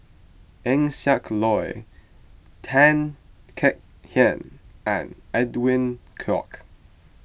Eng Siak Loy Tan Kek Hiang and Edwin Koek